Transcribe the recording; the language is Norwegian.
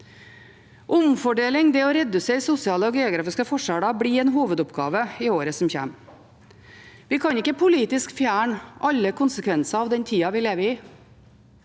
Omfordeling, det å redusere sosiale og geografiske forskjeller, blir en hovedoppgave i året som kommer. Vi kan ikke politisk fjerne alle konsekvenser av den tida vi lever i,